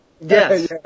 Yes